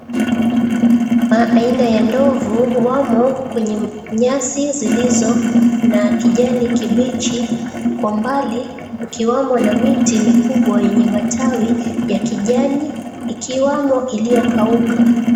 Aina ya ndovu wamo kwenye nyasi zilizo na kijani kibichi. Kwa mbali, kukiwamo na miti mikubwa yenye matawi ya kijani ikiwamo illiyokauka.